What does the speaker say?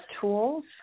tools